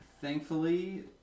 Thankfully